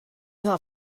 not